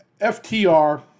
FTR